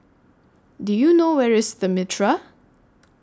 Do YOU know Where IS The Mitraa